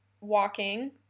walking